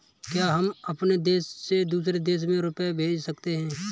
क्या हम अपने देश से दूसरे देश में रुपये भेज सकते हैं?